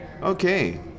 Okay